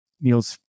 Neil's